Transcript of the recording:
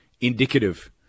indicative